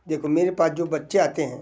देखो मेरे पास जो बच्चे आते हैं